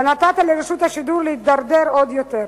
ונתת לרשות השידור להידרדר עוד יותר.